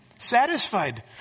satisfied